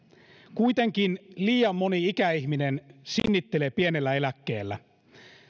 kuitenkin liian moni ikäihminen sinnittelee pienellä eläkkeellä